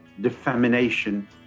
defamation